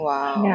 Wow